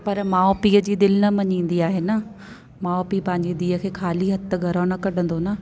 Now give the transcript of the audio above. पर माउ पीउ जी दिलि न मञींदी आहे न माउ पीउ पांजी धीउ खे खाली हथु त घरो न कढंदो न